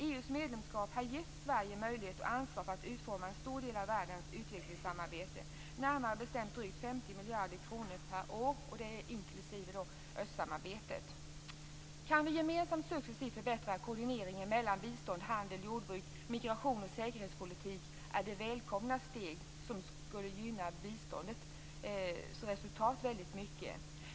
EU-medlemskapet har gett Sverige möjlighet och ansvar för att utforma en stor del av världens utvecklingssamarbete. Närmare bestämt omfattar det drygt 50 miljarder kronor per år - inklusive östsamarbetet. Det är välkomna steg om vi samtidigt successivt kan förbättra koordineringen mellan bistånd, handel, jordbruk, migration och säkerhetspolitik. Det skulle gynna resultatet för biståndet mycket.